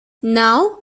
now